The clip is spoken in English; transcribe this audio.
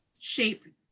shape